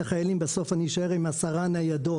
החיילים בסוף אני אשאר עם 10 ניידות.